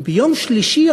ביום שלישי,